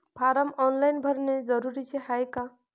Form online भरने जरुरीचे हाय का?